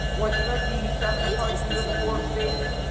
once you had the seven of hearts in you in the fourth stage